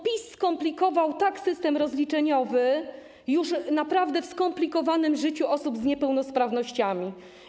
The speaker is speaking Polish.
PiS skomplikował system rozliczeniowy w już naprawdę skomplikowanym życiu osób z niepełnosprawnościami.